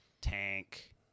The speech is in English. tank